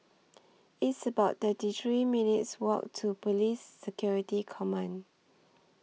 It's about thirty three minutes' Walk to Police Security Command